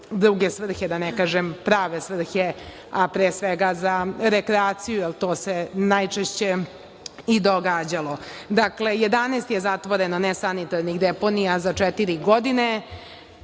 druge svrhe, da ne kažem prave svrhe, a pre svega za rekreaciju, jer to se najčešće i događalo. Dakle, 11 je zatvoreno nesanitarnih deponija za četiri godine.